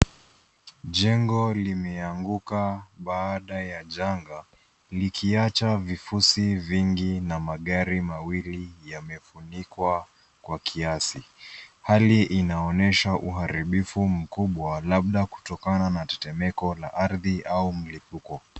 Jengo limeanguka baada ya janga. Likiacha vifusi vingi na magari mawili yamefunikwa kwa kiasi. Hali inaonyesha uharibifu mkubwa labda kutokana na tetemeko la ardhi au mlipuko.